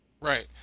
Right